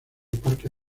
parque